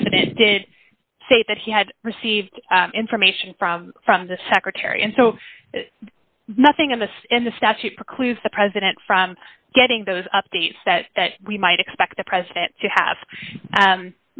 president did say that he had received information from from the secretary and so nothing in this in the statute precludes the president from getting those updates that that we might expect the president to have